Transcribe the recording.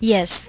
Yes